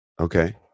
Okay